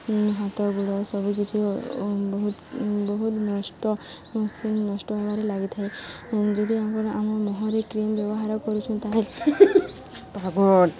ହାତ ଗୋଡ଼ ସବୁକିଛି ବହୁତ ବହୁତ ନଷ୍ଟ ସ୍କିନ୍ ନଷ୍ଟ ହେବାରେ ଲାଗିଥାଏ ଯଦି ଆମର ଆମ ମୁହଁରେ କ୍ରିମ୍ ବ୍ୟବହାର କରୁଛୁ ତା'ହେଲେ ପାଗଳ